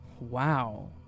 Wow